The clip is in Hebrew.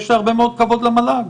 יש הרבה מאוד כבוד למל"ג,